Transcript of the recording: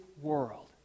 world